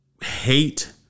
hate